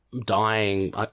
dying